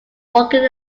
walking